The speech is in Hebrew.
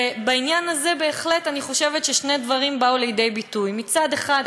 ובעניין הזה בהחלט אני חושבת ששני דברים באו לידי ביטוי: מצד אחד,